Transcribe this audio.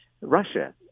Russia